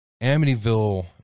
Amityville